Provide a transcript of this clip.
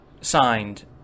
signed